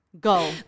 Go